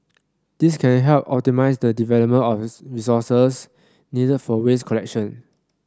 this can help optimise the deployment of resources needed for waste collection